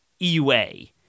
EUA